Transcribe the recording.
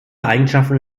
eigenschaften